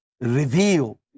reveal